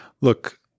Look